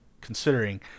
considering